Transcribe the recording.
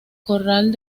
corral